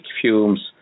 fumes